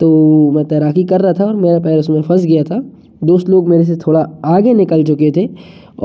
तो मैं तैराकी कर रहा था मेरा पैर उसमें फंस गया था दोस्त लोग मेरे से थोड़ा आगे निकल चुके थे